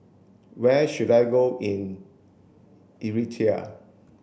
where should I go in Eritrea